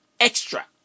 extra